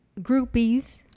groupies